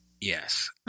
Yes